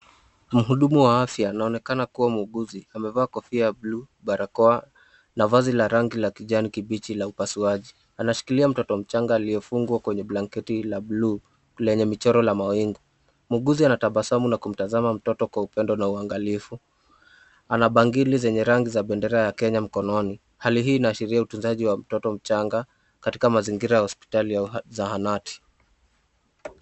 Mhudumu wa afya anaonekana kuwa muuguzi, amevaa kofia ya bluu, barakoa na vazi la rangi ya kijani kibichi la upasuaji. Anashikilia mtoto mchanga aliyefungwa kwenye blanketi la blue lenye michoro la mawingu. Muuguzi anatabasa na kumtazama mtoto kwa upendo na uangalifu. Ana bangili zenye rangi za bendera ya kenya mkononi. Hali hii inashiria utunzaji wa mtoto mchanga katika mazingira ya hospitali ya zahanati.